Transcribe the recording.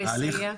לסייע,